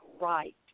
right